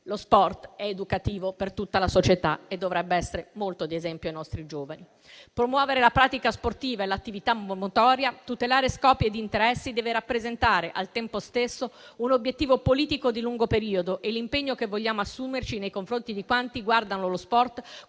Lo sport è educativo per tutta la società e dovrebbe essere molto d'esempio ai nostri giovani. Promuovere la pratica sportiva e l'attività motoria e tutelare scopi ed interessi deve rappresentare al tempo stesso un obiettivo politico di lungo periodo e l'impegno che vogliamo assumerci nei confronti di quanti attribuiscono allo sport